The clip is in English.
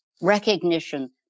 recognition